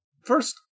first